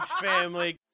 family